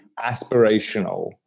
aspirational